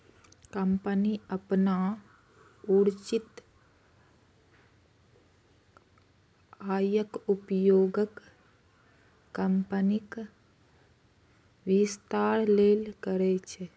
company अपन अर्जित आयक उपयोग कंपनीक विस्तार लेल करै छै